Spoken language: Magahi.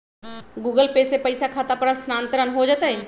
गूगल पे से पईसा खाता पर स्थानानंतर हो जतई?